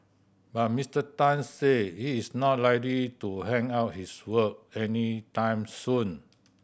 but Mister Tan said he is not likely to hang up his wok anytime soon